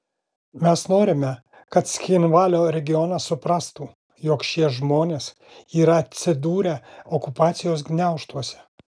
mes norime kad cchinvalio regionas suprastų jog šie žmonės yra atsidūrę okupacijos gniaužtuose